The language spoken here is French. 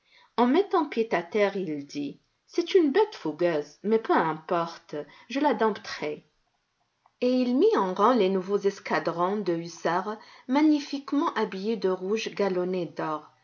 en mettant pied à terre il dit c'est une bête fougueuse mais peu importe je la dompterai et il mit en rang les nouveaux escadrons de hussards magnifiquement habillés de rouge galonné d'or